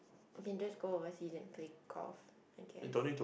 you can just go overseas and play golf I guess